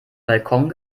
balkon